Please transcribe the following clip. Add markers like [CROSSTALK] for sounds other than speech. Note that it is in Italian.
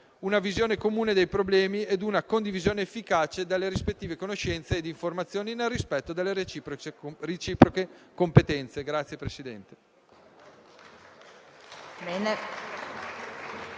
una visione comune dei problemi e una condivisione efficace delle rispettive conoscenze ed informazioni, nel rispetto delle reciproche competenze. [APPLAUSE]